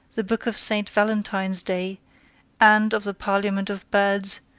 the book of saint valentine's day and of the parliament of birds,